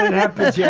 happen? yeah